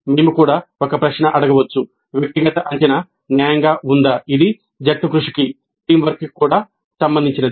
ఇది జట్టుకృషి కూడా సంబంధించినది